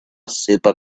super